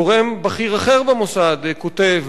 גורם בכיר אחר במוסד כותב: